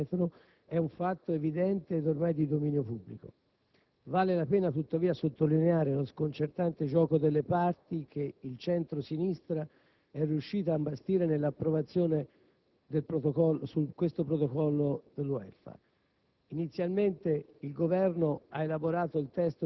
infatti, come del resto quelle della Camera pochi giorni addietro, è un fatto evidente ed ormai di dominio pubblico. Vale la pena, tuttavia, sottolineare lo sconcertante gioco delle parti che il centro-sinistra è riuscito a imbastire nell'approvazione di questo Protocollo sul *welfare*.